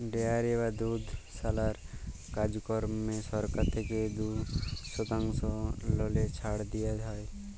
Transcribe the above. dairy বা দুধশালার কাজকম্মে সরকার থ্যাইকে দু শতাংশ ললে ছাড় দিয়া হ্যয়